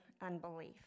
Unbelief